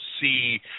see